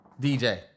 DJ